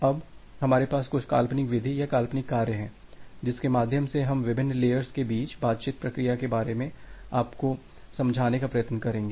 अब हमारे पास कुछ काल्पनिक विधि या काल्पनिक कार्य हैं जिसके माध्यम से हम विभिन्न लेयर्स के बीच बातचीत प्रक्रिया के बारे में आपको समझाने का प्रयत्न करेंगे